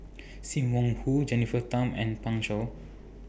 SIM Wong Hoo Jennifer Tham and Pan Shou